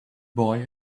boy